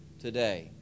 today